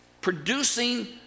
producing